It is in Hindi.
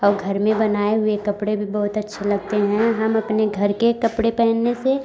और घर में बनाए हुए कपड़े भी बहुत अच्छे लगते हैं हम अपने घर के कपड़े पहनने से